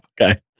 Okay